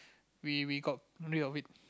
we we got rid of it